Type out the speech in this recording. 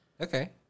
Okay